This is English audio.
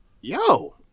yo